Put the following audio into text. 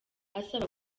asaba